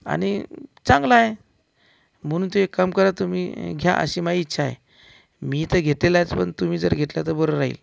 आणि चांगला आहे म्हणून ते एक काम करा तुम्ही घ्या अशी माझी इच्छा आहे मी तर घेतलेलायच पण तुम्ही जर घेतला तर बरं राहील